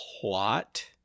plot